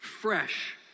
fresh